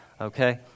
okay